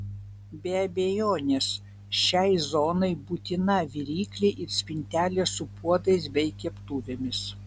be abejonės šiai zonai būtina viryklė ir spintelė su puodais bei keptuvėmis